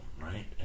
right